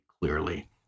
clearly